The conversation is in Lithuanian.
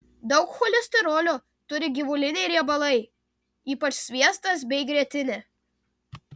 daug cholesterolio turi gyvuliniai riebalai ypač sviestas bei grietinė